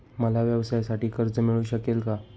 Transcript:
मला व्यवसायासाठी कर्ज मिळू शकेल का?